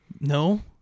No